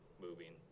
moving